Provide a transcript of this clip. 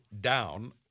down